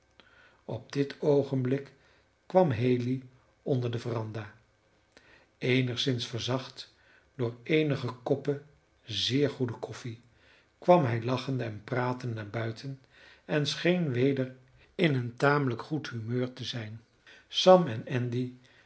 op dit oogenblik kwam haley onder de veranda eenigszins verzacht door eenige koppen zeer goede koffie kwam hij lachende en pratende naar buiten en scheen weder in een tamelijk goed humeur te zijn sam en andy